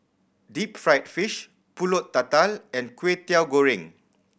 deep fried fish Pulut Tatal and Kwetiau Goreng